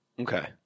Okay